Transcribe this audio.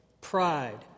pride